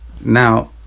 Now